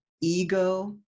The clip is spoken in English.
Ego